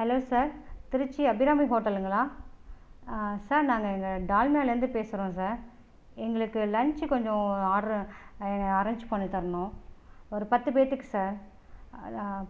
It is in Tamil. ஹலோ சார் திருச்சி அபிராமி ஹோட்டலுங்களா சார் நாங்கள் இங்கே டால்மியாலேருந்து பேசுகிறோம் சார் எங்களுக்கு லஞ்ச் கொஞ்சம் ஆர்டர் அரேஞ்ச் பண்ணி தரணும் ஒரு பத்து பேற்றுக்கு சார்